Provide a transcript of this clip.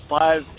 five